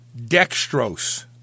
dextrose